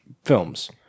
films